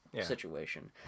situation